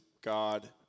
God